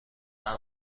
بدست